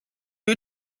you